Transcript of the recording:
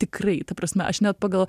tikrai ta prasme aš net pagal